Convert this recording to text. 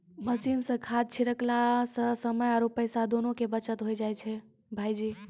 machine सॅ खाद छिड़कला सॅ समय आरो पैसा दोनों के बचत होय जाय छै भायजी